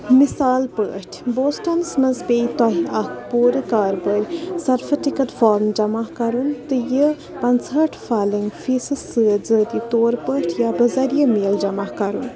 مِثال پٲٹھۍ بوسٹنس منٛز پے تۄہہِ اکھ پوٗرٕ کاربٲرۍ سرفِٹِکٹ فارم جمع کَرُن تہٕ یہِ پنٛژہٲٹھ فالِنٛگ فیٖس سۭتۍ ذٲتی طور پٲٹھۍ یا بہٕ ذریعہٕ میل جمع کَرُن